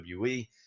wwe